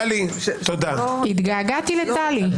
התגעגעתי לטלי.